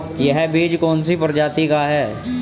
यह बीज कौन सी प्रजाति का है?